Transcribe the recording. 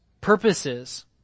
purposes